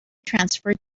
transferred